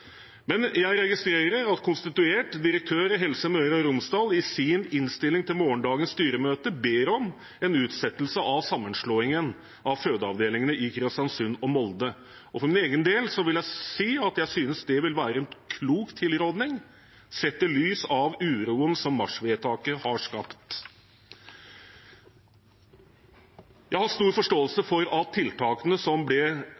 Men jeg registrerer at konstituert direktør i Helse Møre og Romsdal i sin innstilling til morgendagens styremøte ber om en utsettelse av sammenslåingen av fødeavdelingene i Kristiansund og Molde. For min egen del vil jeg si at jeg synes det er en klok tilrådning, sett i lys av uroen som marsvedtaket har skapt. Jeg har stor forståelse for at tiltakene som ble foreslått, skapte bekymring og ble